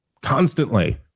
constantly